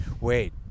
Wait